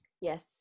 Yes